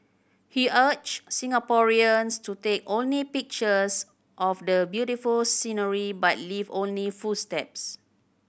he urged Singaporeans to take only pictures of the beautiful scenery but leave only footsteps